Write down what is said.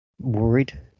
worried